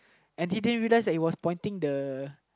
and he didn't realize that it was pointing the